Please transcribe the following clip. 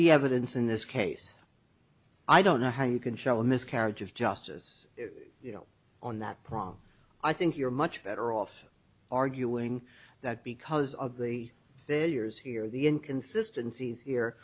the evidence in this case i don't know how you can show a miscarriage of justice on that prom i think you're much better off arguing that because of the their years here the inconsistency here